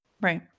Right